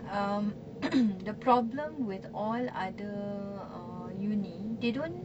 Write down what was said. um the problem with all other uh uni they don't